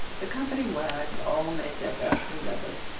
the company wags all made their best endeavors.